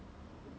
err